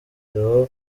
theo